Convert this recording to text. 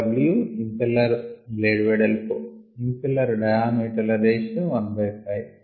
W impeller blade వెడల్పు impeller diameter ల ratio 1 by 5